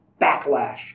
backlash